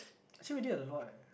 actually we did a lot leh